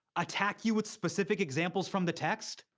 attack you with specific examples from the text?